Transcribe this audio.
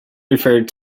referred